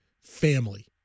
family